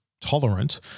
tolerant